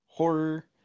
horror